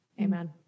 Amen